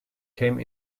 came